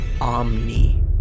omni